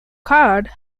card